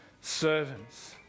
servants